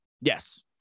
Yes